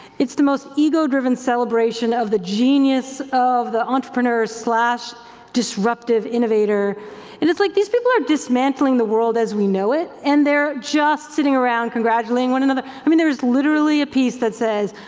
it's the most ego-driven celebration of the genius of the entrepreneur slash disruptive innovator and it's like these people are dismantling the world as we know it and they're just sitting around congratulating one another. i mean there's literally a piece that says,